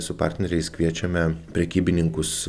su partneriais kviečiame prekybininkus